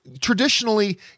traditionally